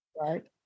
Right